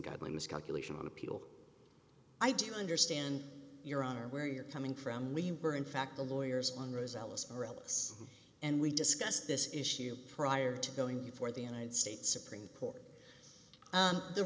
guideline miscalculation on appeal i do understand your honor where you're coming from we were in fact the lawyers on rosellas or ellis and we discussed this issue prior to going before the united states supreme court